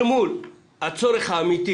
אל מול הצורך האמיתי